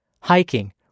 hiking